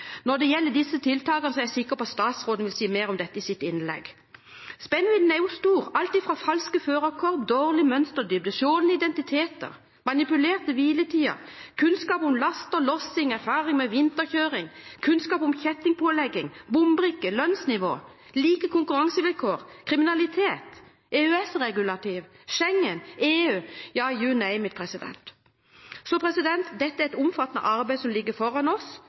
Når det gjelder disse tiltakene, er jeg sikker på at statsråden vil si mer om det i sitt innlegg. Spennvidden er stor, med alt fra falske førerkort til dårlig mønsterdybde, stjålne identiteter, manipulerte hviletider, kunnskap om last og lossing, erfaring med vinterkjøring, kunnskap om kjettingpålegging, bombrikker, lønnsnivå, like konkurransevilkår, kriminalitet, EØS-regulativ, Schengen, EU – ja «you name it». Det er et omfattende arbeid som ligger foran oss.